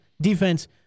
defense